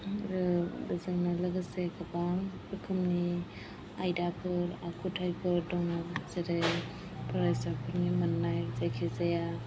आरो बेजोंनो लोगोसे गोबां रोखोमनि आयदाफोर आखुथायफोर दङ जेरै फरायसाफोरनि मोननाय जायखिजाया